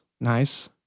nice